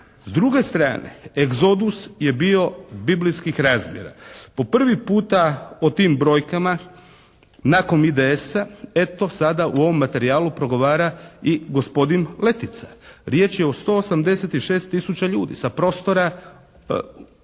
S druge strane egzodus je bio Biblijskih razmjera. Po prvi puta o tim brojkama nakon IDS-a eto sada, u ovom materijalu progovara i gospodin Letica. Riječ je o 186 tisuća ljudi sa prostora